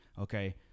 Okay